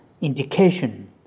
indication